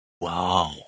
Wow